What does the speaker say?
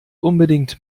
unbedingt